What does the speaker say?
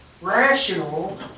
rational